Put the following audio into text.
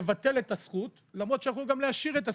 לבטל את הזכות למרות שיכלו גם להשאיר את הזכות,